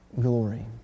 glory